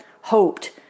hoped